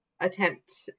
attempt